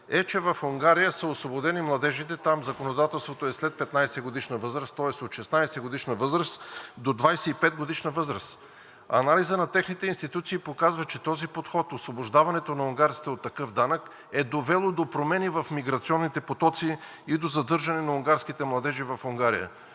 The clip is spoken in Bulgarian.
е, че в Унгария са освободени младежите, там законодателството е след 15-годишна възраст, тоест от 16-годишна възраст до 25-годишна възраст. Анализът на техните институции показва, че този подход – освобождаването на унгарците от такъв данък, е довело до промени в миграционните потоци и до задържане на унгарските младежи в Унгария.